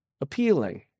appealing